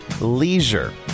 leisure